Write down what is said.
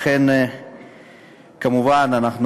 כמו כן,